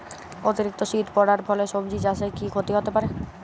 অতিরিক্ত শীত পরার ফলে সবজি চাষে কি ক্ষতি হতে পারে?